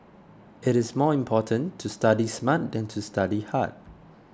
it is more important to study smart than to study hard